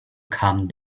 come